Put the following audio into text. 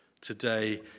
Today